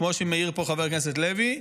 כמו שמעיר פה חבר הכנסת לוי.